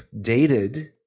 dated –